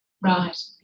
Right